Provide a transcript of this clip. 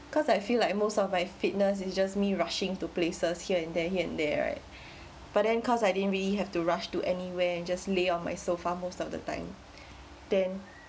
cause I'd feel like most of my fitness is just me rushing to places here and there here and there right but then cause I didn't really have to rush to anywhere and just lay on my sofa most of the time then